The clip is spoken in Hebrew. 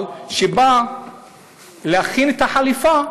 אבל כשהוא בא להכין את החליפה,